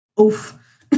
Oof